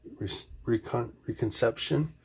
reconception